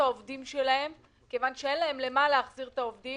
העובדים שלהן מכיוון שאין להם למה להחזיר אותם.